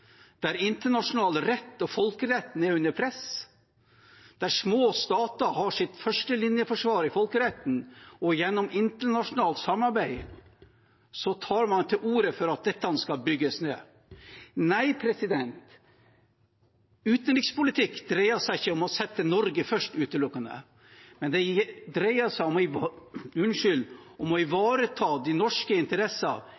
der internasjonal rett og folkeretten er under press, der små stater har sitt førstelinjeforsvar i folkeretten og gjennom internasjonalt samarbeid, så tar man til orde for at dette skal bygges ned. Nei, utenrikspolitikk dreier seg ikke om utelukkende å sette Norge først, men det dreier seg om å